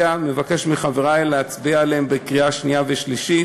מבקש מחברי להצביע עליה בקריאה שנייה ושלישית.